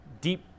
deep